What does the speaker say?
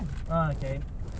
ah ken~